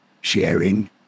sharing